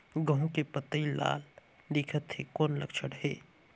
गहूं के पतई लाल दिखत हे कौन लक्षण हे?